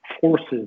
forces